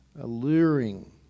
alluring